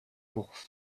wurf